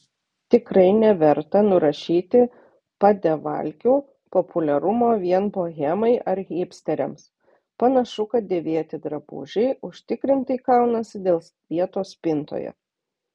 tikrai neverta nurašyti padevalkių populiarumo vien bohemai ar hipsteriams panašu kad dėvėti drabužiai užtikrintai kaunasi dėl vietos spintoje